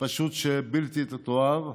פשוט בלתי תתואר.